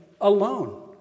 alone